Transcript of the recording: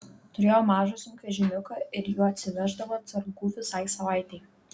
turėjo mažą sunkvežimiuką ir juo atsiveždavo atsargų visai savaitei